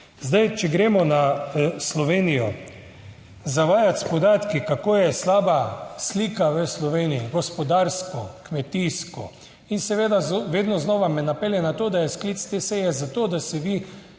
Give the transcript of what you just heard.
Zdaj, če gremo na Slovenijo. Zavajati s podatki, kako je slaba slika v Sloveniji gospodarsko, kmetijsko, in seveda vedno znova me napelje na to, da je sklic te seje za to, da se vi